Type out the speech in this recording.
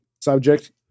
subject